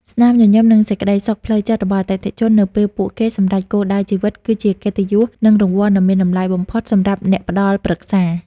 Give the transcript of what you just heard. ស្នាមញញឹម និងសេចក្ដីសុខផ្លូវចិត្តរបស់អតិថិជននៅពេលពួកគេសម្រេចគោលដៅជីវិត គឺជាកិត្តិយស និងរង្វាន់ដ៏មានតម្លៃបំផុតសម្រាប់អ្នកផ្ដល់ប្រឹក្សា។